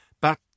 But